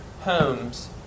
homes